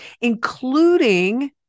including